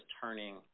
turning